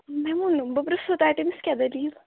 مےٚ وُن بہٕ پرٕٛژھَو تۄہہِ تٔمِس کیٛاہ دٔلیٖل